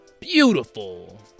beautiful